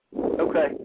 Okay